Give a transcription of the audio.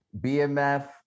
BMF